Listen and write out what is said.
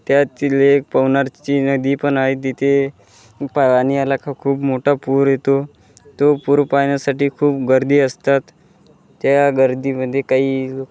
त्याची लेक पवनारची नदी पण आहे तिथे पाणी आला का खूप मोठा पूर येतो तो पूर पाहण्यासाठी खूप गर्दी असतात त्या गर्दीमध्ये काही